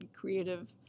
creative